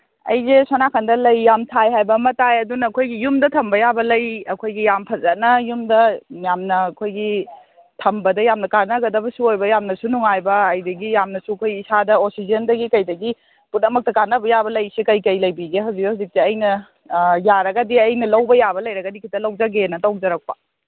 ꯑꯩꯁꯦ ꯁꯣꯝ ꯅꯥꯀꯟꯗ ꯂꯩ ꯌꯥꯝ ꯊꯥꯏ ꯍꯥꯏꯕ ꯑꯃ ꯇꯥꯏ ꯑꯗꯨꯅ ꯑꯩꯈꯣꯏꯒꯤ ꯌꯨꯝꯗ ꯊꯝꯕ ꯌꯥꯕ ꯂꯩ ꯑꯩꯈꯣꯏꯒꯤ ꯌꯥꯝ ꯐꯖꯅ ꯌꯨꯝꯗ ꯌꯥꯝꯅ ꯑꯩꯈꯣꯏꯒꯤ ꯊꯝꯕꯗ ꯌꯥꯝꯅ ꯀꯥꯅꯒꯗꯕꯁꯨ ꯑꯣꯏꯕ ꯌꯥꯝꯅꯁꯨ ꯅꯨꯡꯉꯥꯏꯕ ꯑꯗꯒꯤ ꯌꯥꯝꯅꯁꯨ ꯑꯩꯈꯣꯏ ꯏꯁꯥꯗ ꯑꯣꯛꯁꯤꯖꯦꯟꯗꯒꯤ ꯀꯩꯗꯒꯤ ꯄꯨꯝꯅꯃꯛꯇ ꯀꯥꯅꯕ ꯌꯥꯕ ꯂꯩꯁꯦ ꯀꯩꯀꯩ ꯂꯩꯕꯤꯒꯦ ꯍꯧꯖꯤꯛ ꯍꯧꯖꯤꯛꯁꯦ ꯑꯩꯅ ꯌꯥꯔꯒꯗꯤ ꯑꯩꯅ ꯂꯧꯕ ꯌꯥꯕ ꯂꯩꯔꯒꯗꯤ ꯈꯤꯇꯪ ꯂꯧꯖꯒꯦꯅ ꯇꯧꯖꯔꯛꯄ